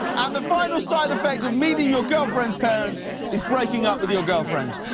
and the final side effect of meeting your girlfriend's parents is breaking up with your girlfriend.